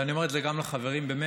ואני אומר את זה גם לחברים במרצ,